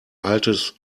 altes